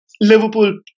Liverpool